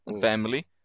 Family